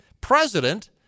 president